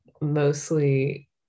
mostly